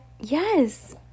yes